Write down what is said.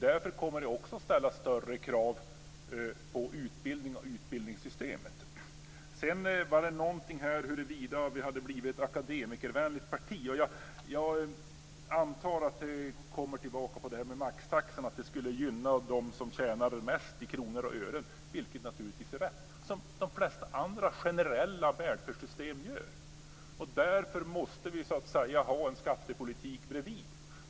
Därför kommer det också att ställas större krav på utbildning och utbildningssystemet. Sedan var det en fråga om huruvida vi har blivit ett akademikervänligt parti. Jag antar att det syftar tillbaka på detta med maxtaxan och att den skulle gynna de som tjänar mest i kronor och ören, vilket naturligtvis är rätt och som de flesta andra välfärdssystem gör. Därför måste vi ha en skattepolitik så att säga bredvid.